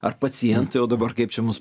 ar pacientą jau dabar kaip čia mus